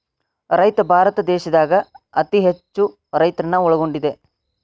ರೈತ ಭಾರತ ದೇಶದಾಗ ಅತೇ ಹೆಚ್ಚು ರೈತರನ್ನ ಒಳಗೊಂಡಿದೆ